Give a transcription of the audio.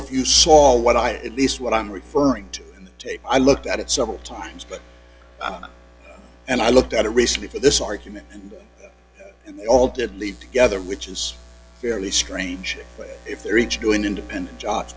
if you saw what i least what i'm referring to in the tape i looked at it several times but and i looked at a recently for this argument and they all did lead together which is fairly strange if they're each doing d independent jo